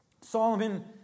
Solomon